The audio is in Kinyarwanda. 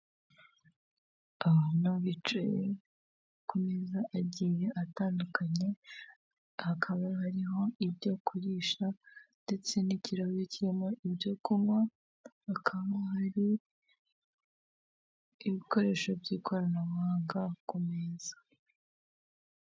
abantu bicaye kumeza agiye atandukanye, hakaba hariho ibyo kurisha, ndetse n'kirahure kirimo ibyo kunywa, bakaba hari ibikoresho by'ikoranabuhanga ku meza.